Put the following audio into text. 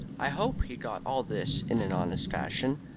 i hope he got all this in an honest fashion.